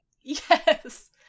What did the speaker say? Yes